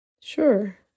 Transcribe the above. Sure